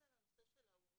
הראשונה, על הנושא של ההורים,